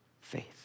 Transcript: faith